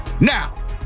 Now